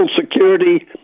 security